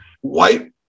white